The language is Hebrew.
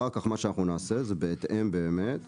אחר כך מה שאנחנו נעשה זה בהתאם למשאבים,